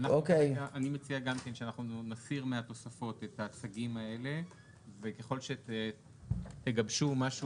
אני מציע גם כן שאנחנו נסיר מהתוספות את הצגים האלה וככל שתגבשו משהו